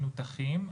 מנותחים,